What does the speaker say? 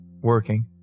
working